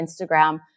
Instagram